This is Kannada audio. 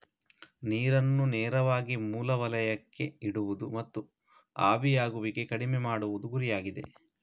ನೀರನ್ನು ನೇರವಾಗಿ ಮೂಲ ವಲಯಕ್ಕೆ ಇಡುವುದು ಮತ್ತು ಆವಿಯಾಗುವಿಕೆ ಕಡಿಮೆ ಮಾಡುವುದು ಗುರಿಯಾಗಿದೆ